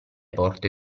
porte